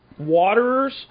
waterers